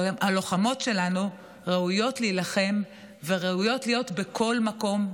שהלוחמות שלנו ראויות להילחם וראויות להיות בכל מקום,